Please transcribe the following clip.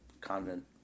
convent